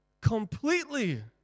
completely